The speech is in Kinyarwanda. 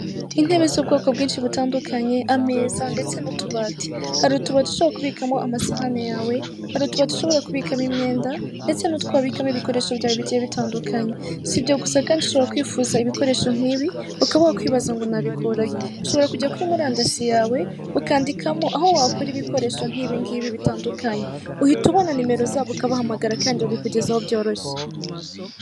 Intebe z'ubwoko bwinshi butandukanye ameza ndetse n'utubati, hari utuba ushobora kubikamo amasahani yawe, hari utuba ushobora kubikamo imyenda ndetse n'utwo wabikamo ibikoresho byawe bigiye bitandukanye, sibyo gusa kandi ushobora kwifuza ibikoresho nk'ibi ukaba wakwibaza ngo nabikurahe? Ushobora kujya kuri murandasi yawe ukandikamo aho wakura ibikoresho nk'ibingibi bitandukanye uhita ubona nimero zabo ukabahamagara kandi babikugezaho byoroshye.